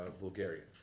Bulgarian